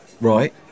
Right